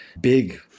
big